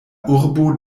urbo